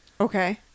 Okay